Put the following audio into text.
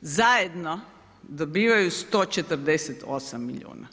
zajedno dobivaju 148 milijuna.